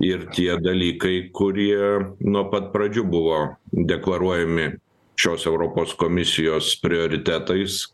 ir tie dalykai kurie nuo pat pradžių buvo deklaruojami šios europos komisijos prioritetais